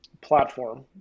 platform